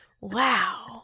Wow